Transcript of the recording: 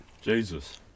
Jesus